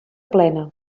plena